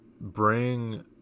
bring